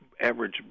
average